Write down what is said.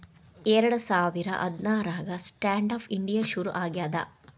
ಎರಡ ಸಾವಿರ ಹದ್ನಾರಾಗ ಸ್ಟ್ಯಾಂಡ್ ಆಪ್ ಇಂಡಿಯಾ ಶುರು ಆಗ್ಯಾದ